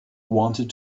wanted